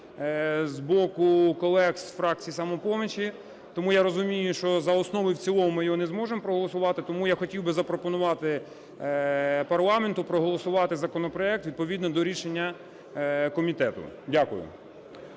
з боку колег з фракції "Самопомочі". Тому я розумію, що за основу і в цілому ми його не зможемо проголосувати. Тому я хотів би запропонувати парламенту проголосувати законопроект відповідно до рішення комітету. Дякую.